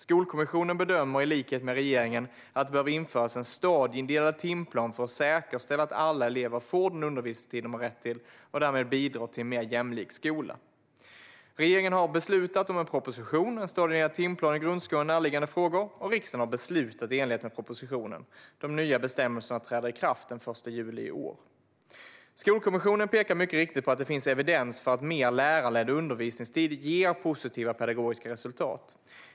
Skolkommissionen bedömer, i likhet med regeringen, att det behöver införas en stadieindelad timplan för att säkerställa att alla elever får den undervisningstid de har rätt till och därmed bidra till en mer jämlik skola . Regeringen har beslutat om en proposition, En stadieindelad timplan i grundskolan och närliggande frågor , och riksdagen har beslutat i enlighet med propositionen. De nya bestämmelserna träder i kraft den 1 juli i år. Skolkommissionen pekar mycket riktigt på att det finns evidens för att mer lärarledd undervisningstid ger positiva pedagogiska resultat.